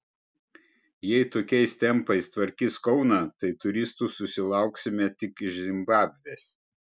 jei tokiais tempais tvarkys kauną tai turistų susilauksime tik iš zimbabvės